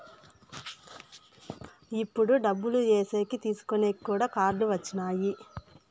ఇప్పుడు డబ్బులు ఏసేకి తీసుకునేకి కూడా కార్డులు వచ్చినాయి